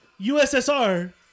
USSR